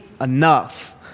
Enough